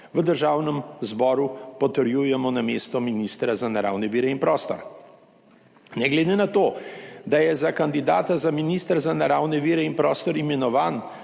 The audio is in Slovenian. v Državnem zboru potrjujemo na mesto ministra za naravne vire in prostor. Ne glede na to, da je za kandidata za ministra za naravne vire in prostor imenovan